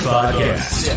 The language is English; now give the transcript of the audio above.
Podcast